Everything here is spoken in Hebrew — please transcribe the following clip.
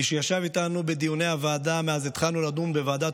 מי שישב איתנו בדיוני הוועדה מאז שהתחלנו לדון בוועדת